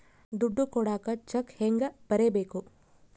ದುಡ್ಡು ಕೊಡಾಕ ಚೆಕ್ ಹೆಂಗ ಬರೇಬೇಕು?